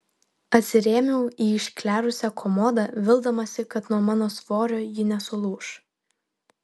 atsirėmiau į išklerusią komodą vildamasi kad nuo mano svorio ji nesulūš